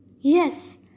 Yes